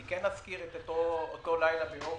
אני אזכיר את אותו לילה באוגוסט,